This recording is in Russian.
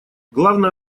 главная